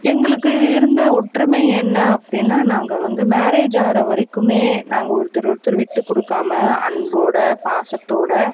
எங்களுக்கு இருந்த ஒற்றுமை என்ன அப்படின்னா நாங்கள் வந்து மேரேஜ் ஆகிற வரைக்கும் நாங்கள் ஒருத்தர் ஒருத்தர் விட்டு கொடுக்காம அன்போடு பாசத்தோடு